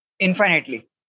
infinitely